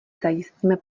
zajistíme